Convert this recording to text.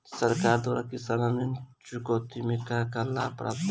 सरकार द्वारा किसानन के ऋण चुकौती में का का लाभ प्राप्त बाटे?